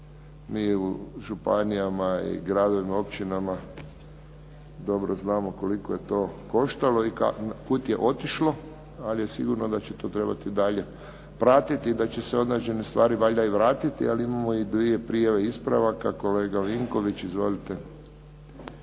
mi u županijama i gradovima i općinama dobro znamo koliko je to koštalo i kuda je otišlo, ali je sigurno da će to trebati dalje pratiti i da će se određene stvari valjda i vratiti ali imamo i dvije prijavke ispravaka kolega Vinković. Izvolite.